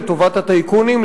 לטובת הטייקונים,